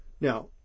Now